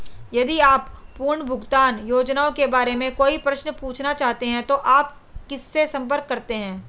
यदि आप पुनर्भुगतान योजनाओं के बारे में कोई प्रश्न पूछना चाहते हैं तो आप किससे संपर्क करते हैं?